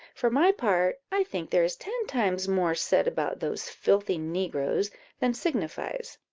for my part, i think there is ten times more said about those filthy negroes than signifies